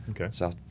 okay